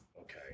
okay